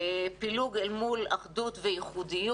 פילוג אל מול אחדות וייחודיות.